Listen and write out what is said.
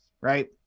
right